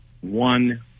one